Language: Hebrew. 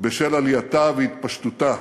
בשל עלייתה והתפשטותה